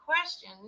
question